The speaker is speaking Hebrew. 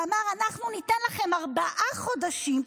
ואמר: אנחנו ניתן לכם ארבעה חודשים.